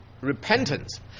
repentance